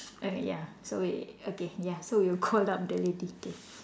err ya so we okay ya so we will call up the lady okay